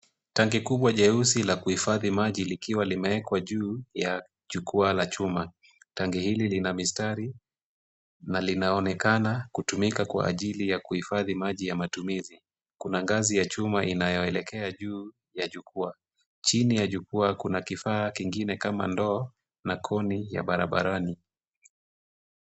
Tanki kubwa jeusi la kuhifadhi maji likiwa limeekwa juu ya jukwaa la chuma. Tanki hili lina mistari, na linaonekana kutumika kwa ajili ya kuhifadhi maji ya matumizi. Kuna ngazi ya chuma inayoelekea juu ya jukwaa, chini ya jukwaa kuna kifaa kingine kama ndoo na koni ya barabarani.